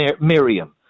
Miriam